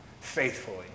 faithfully